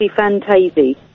fantasy